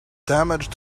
damage